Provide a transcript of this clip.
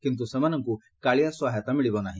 କିନ୍ତୁ ସେମାନଙ୍କୁ କାଳିଆ ସହାୟତା ଦିଆଯିବ ନାହି